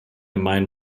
mind